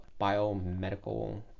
biomedical